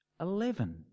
Eleven